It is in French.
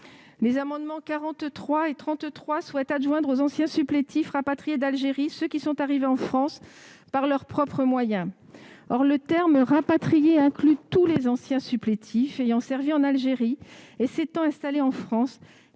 Les amendements n 43 et 33 rectifié tendent à adjoindre aux anciens supplétifs rapatriés d'Algérie ceux qui sont arrivés en France par leurs propres moyens. Or le terme « rapatriés » inclut tous les anciens supplétifs ayant servi en Algérie et s'étant installés en France,